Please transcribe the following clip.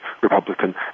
Republican